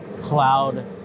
cloud